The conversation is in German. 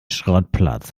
schrottplatz